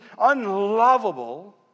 unlovable